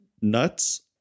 nuts